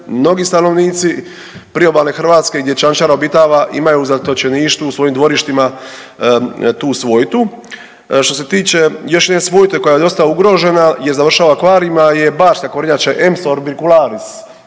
mnogi stanovnici priobalne Hrvatske gdje čančara obitava imaju u zatočeništvu u svojim dvorištima tu svojtu. Što se tiče još jedne svojte koja je dosta ugrožena jer završava u akvarijima je barska kornjača Emys orbicularis,